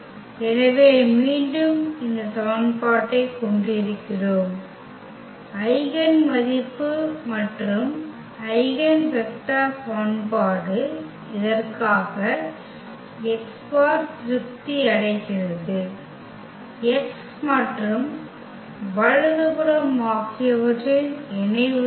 எனவே மீண்டும் இந்த சமன்பாட்டைக் கொண்டிருக்கிறோம் ஐகென் மதிப்பு மற்றும் ஐகென் வெக்டர் சமன்பாடு இதற்காக திருப்தி அடைகிறது x மற்றும் வலது புறம் ஆகியவற்றின் இணைவு தான்